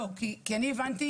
כי אני הבנתי